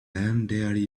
elderly